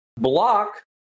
block